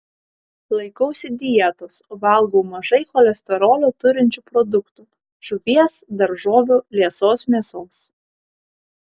laikausi dietos valgau mažai cholesterolio turinčių produktų žuvies daržovių liesos mėsos